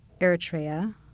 Eritrea